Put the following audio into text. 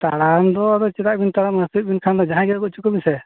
ᱛᱟᱲᱟᱱ ᱫᱚ ᱟᱫᱚ ᱪᱮᱫᱟᱜ ᱵᱤᱱ ᱛᱟᱲᱟᱢᱟ ᱦᱟᱹᱥᱩᱭᱮᱫ ᱵᱤᱱ ᱠᱷᱟᱱ ᱫᱚ ᱡᱟᱦᱟᱸᱭ ᱜᱮ ᱟᱹᱜᱩ ᱦᱚᱪᱚ ᱠᱚᱵᱤᱱ ᱥᱮ